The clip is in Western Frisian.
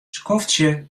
skoftsje